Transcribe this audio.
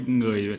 người